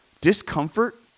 discomfort